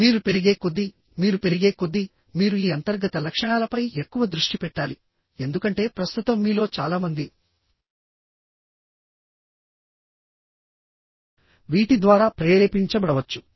మీరు పెరిగే కొద్దీ మీరు పెరిగే కొద్దీ మీరు ఈ అంతర్గత లక్షణాలపై ఎక్కువ దృష్టి పెట్టాలి ఎందుకంటే ప్రస్తుతం మీలో చాలా మంది వీటి ద్వారా ప్రేరేపించబడవచ్చు